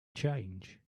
change